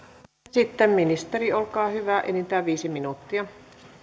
sitten ministeri olkaa hyvä enintään viisi minuuttia